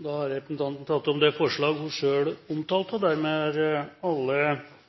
Da har representanten Trine Skei Grande tatt opp det forslaget hun refererte til. Staten og